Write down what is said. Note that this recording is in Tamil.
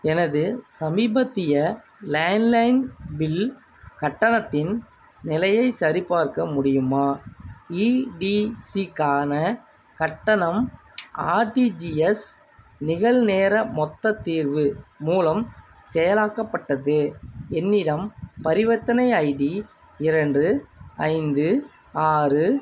எனது சமீபத்திய லேண்ட்லைன் பில் கட்டணத்தின் நிலையைச் சரிபார்க்க முடியுமா ஈடிசிக்கான கட்டணம் ஆர்டிஜிஎஸ் நிகழ் நேர மொத்தத் தீர்வு மூலம் செயலாக்கப்பட்டது என்னிடம் பரிவர்த்தனை ஐடி இரண்டு ஐந்து ஆறு